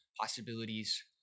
possibilities